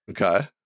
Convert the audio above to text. Okay